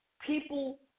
People